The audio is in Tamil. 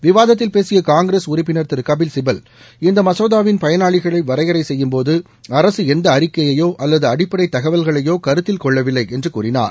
விவாதத்தில் பேசிய காங்கிரஸ் உறுப்பினர் திரு கபில்சிபல் இந்த மசோதாவின் பயனாளிகளை வரையறை செய்யும்போது அரசு எந்த அறிக்கையையோ அல்லது அடிப்படை தகவல்களையோ கருத்தில் கொள்ளவில்லை என்று கூறினார்